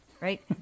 right